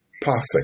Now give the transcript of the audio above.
perfect